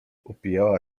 upijała